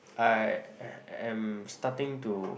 I am starting to